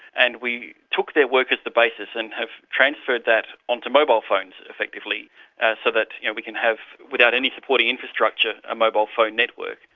and we took their work as the basis and have transferred that onto mobile phones effectively so that yeah we can have, without any supporting infrastructure, a mobile phone network.